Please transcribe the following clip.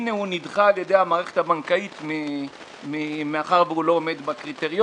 הנה הוא נדחה על ידי המערכת הבנקאית מאחר והוא לא עומד בקריטריונים,